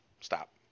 Stop